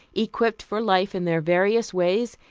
equipped for life in their various ways,